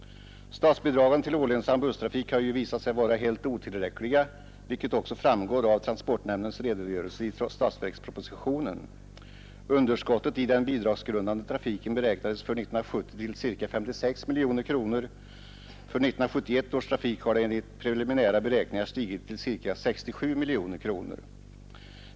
Statsbidragen till olönsam busstrafik har visat sig vara helt otillräckliga, vilket också framgår av transportnämndens redogörelse i statsverkspropositionen. Underskottet i den bidragsgrundande trafiken beräknades för 1970 till ca 56 miljoner kronor. För 1971 års trafik har det enligt preliminära beräkningar stigit till ca 67 miljoner kronor.